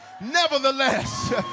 nevertheless